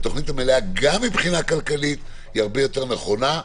שגם מבחינה כלכלית היא הרבה יותר נכונה,